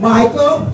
Michael